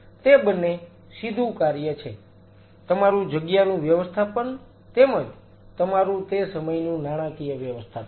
તે બંને સીધું કાર્ય છે તમારૂ જગ્યાનું વ્યવસ્થાપન તેમજ તમારું તે સમયનું નાણાકીય વ્યવસ્થાપન